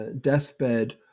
deathbed